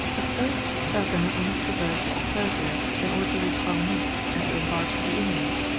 at first chardin only traversed persia in order to reach ormuz and to embark for the indies.